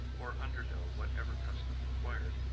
or undergo whatever custom required,